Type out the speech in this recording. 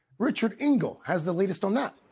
richard engle has the latest on that.